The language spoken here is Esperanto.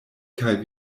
kaj